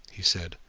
he said,